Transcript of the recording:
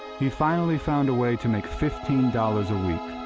he finally found a way to make fifteen dollars a week,